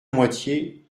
moitié